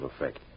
effect